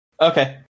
Okay